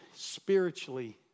Spiritually